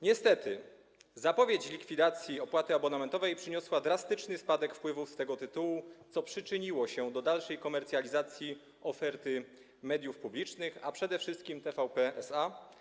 Niestety, zapowiedź likwidacji opłaty abonamentowej przyniosła drastyczny spadek wpływów z tego tytułu, co przyczyniło się do dalszej komercjalizacji oferty mediów publicznych, a przede wszystkim TVP SA.